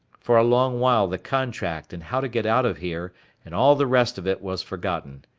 for a long while the contract and how to get out of here and all the rest of it was forgotten.